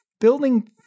building